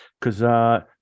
because-